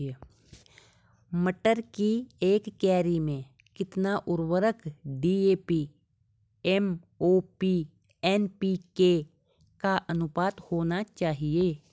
मटर की एक क्यारी में कितना उर्वरक डी.ए.पी एम.ओ.पी एन.पी.के का अनुपात होना चाहिए?